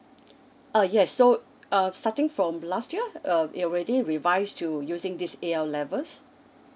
uh yes so uh starting from last year um it already revise to using this A_L levels